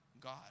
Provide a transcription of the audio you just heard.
God